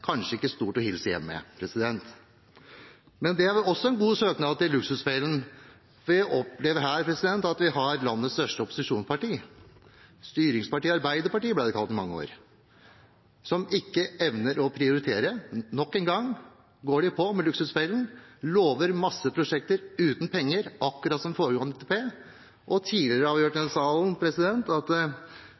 kanskje ikke stort å hilse hjem med. Det var også en god søknad til Luksusfellen. Vi opplever her at landets største opposisjonsparti – styringspartiet Arbeiderpartiet, ble det kalt i mange år – ikke evner å prioritere. Nok en gang går de på med Luksusfellen, lover mange prosjekter, uten penger, akkurat som i foregående NTP. Tidligere har vi hørt i denne salen at det var flott at